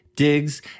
Digs